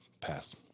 pass